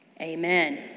Amen